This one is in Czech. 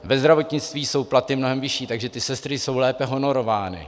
Ve zdravotnictví jsou platy mnohem vyšší, takže ty sestry jsou lépe honorovány.